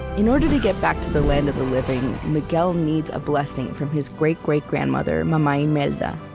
in order to get back to the land of the living, miguel needs a blessing from his great-great-grandmother, mama imelda.